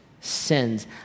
sins